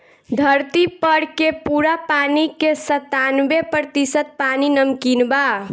धरती पर के पूरा पानी के सत्तानबे प्रतिशत पानी नमकीन बा